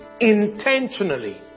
intentionally